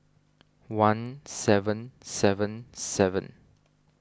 one seven seven seven